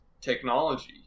technology